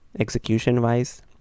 Execution-wise